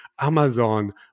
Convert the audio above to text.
Amazon